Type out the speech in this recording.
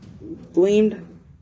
blamed